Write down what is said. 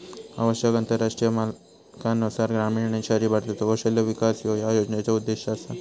आवश्यक आंतरराष्ट्रीय मानकांनुसार ग्रामीण आणि शहरी भारताचो कौशल्य विकास ह्यो या योजनेचो उद्देश असा